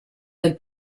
del